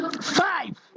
five